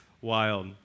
wild